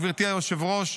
גברתי היושבת-ראש,